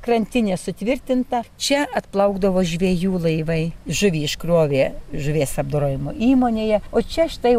krantinė sutvirtinta čia atplaukdavo žvejų laivai žuvį iškrovė žuvies apdorojimo įmonėje o čia štai